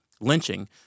lynching